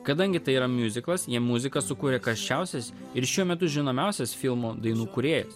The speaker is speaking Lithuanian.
kadangi tai yra miuziklas jam muziką sukūrė karščiausias ir šiuo metu žinomiausias filmų dainų kūrėjas